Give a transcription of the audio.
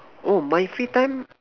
oh my free time